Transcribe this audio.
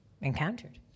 encountered